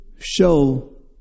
Show